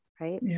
right